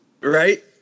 Right